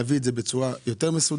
צריך להביא את זה בצורה יותר מסודרת.